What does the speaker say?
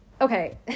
okay